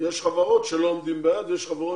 יש חברות שלא עומדות ביעד ויש חברות